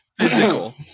physical